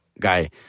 guy